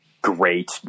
Great